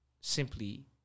simply